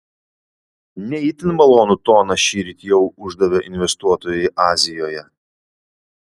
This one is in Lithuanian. ne itin malonų toną šįryt jau uždavė investuotojai azijoje